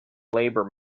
labour